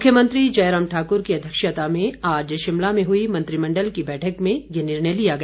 मुख्यमंत्री जयराम ठाक्र की अध्यक्षता में आज शिमला में हुई मंत्रिमण्डल की बैठक में ये निर्णय लिया गया